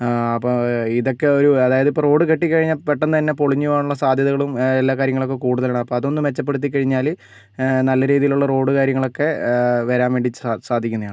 അപ്പോൾ ഇതൊക്കെ ഒരു അതായത് റോഡ് കെട്ടിക്കഴിഞ്ഞാൽ പെട്ടെന്ന് തന്നെ പൊളിഞ്ഞു പോകാനുള്ള സാധ്യതകളും എല്ലാ കാര്യങ്ങളും കൂടുതലാണ് അപ്പോൾ അതൊന്ന് മെച്ചപ്പെടുത്തിക്കഴിഞ്ഞാൽ നല്ല രീതിയിലുള്ള റോഡ് കാര്യങ്ങളൊക്കെ വരാൻ വേണ്ടി സാ സാധിക്കുന്നതാണ്